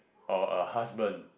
or a husband